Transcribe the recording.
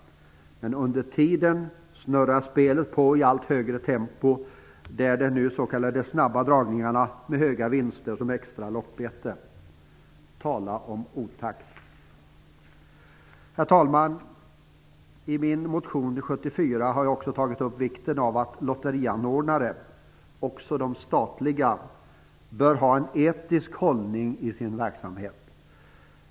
Men under tiden snurrar spelet på i allt högre tempo, med de s.k. snabba dragningarna med höga vinster som extra lockbete. Tala om otakt. Herr talman! I min motion Fi74 har jag också tagit upp vikten av att lotterianordnare - också de statliga - bör ha en etisk hållning i sin verksamhet.